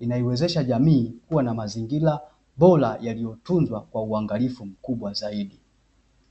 unaiwezesha jamii kuwa na mazingira bora yaliyotunzwa kwa uangalifu mkubwa zaidi.